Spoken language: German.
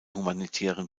humanitären